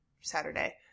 Saturday